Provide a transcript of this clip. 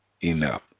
enough